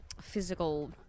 physical